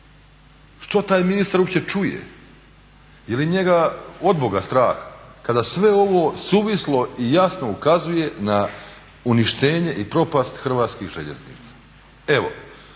Što taj ministar uopće čuje? Jeli njega od Boga strah kada sve ovo suvislo i jasno ukazuje na uništenje i propast Hrvatskih željeznica? U